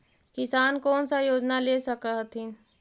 किसान कोन सा योजना ले स कथीन?